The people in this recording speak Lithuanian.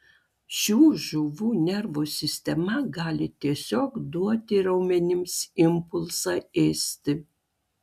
šių žuvų nervų sistema gali tiesiog duoti raumenims impulsą ėsti